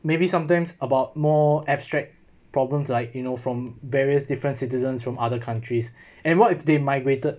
maybe sometimes about more abstract problems like you know from various different citizens from other countries and what if they migrated